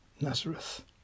Nazareth